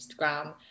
Instagram